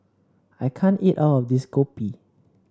I can't eat all of this Kopi